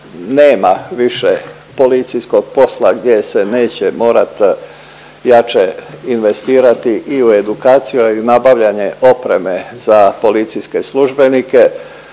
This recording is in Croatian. Nema više policijskog posla gdje se neće morat jače investirati i u edukaciju, a i nabavljanje opreme za policijske službenike